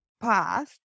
path